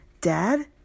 dad